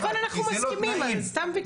אבל אנחנו מסכימים, אז זה סתם ויכוח אוסאמה.